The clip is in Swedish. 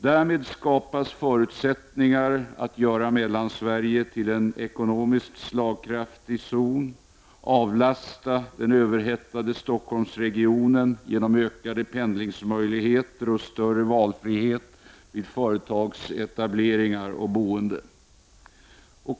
Därmed skapas förutsättningar att göra Mellansverige till en ekonomiskt slagkraftig zon och avlasta den överhettade Stockholmsregionen genom ökade pendlingsmöjligheter och större valfrihet vid företagsetableringar och boende.